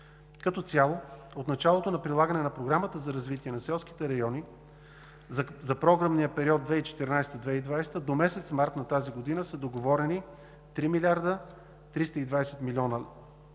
Като цяло, от началото на прилагане на Програмата за развитие на селските райони – за програмния период 2014 – 2020 г. до месец март на тази година, са договорени 3 млрд. 320 млн. лв.,